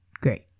great